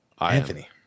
anthony